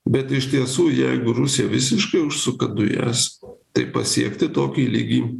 bet iš tiesų jeigu rusija visiškai užsuka dujas tai pasiekti tokį lygį